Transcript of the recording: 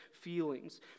feelings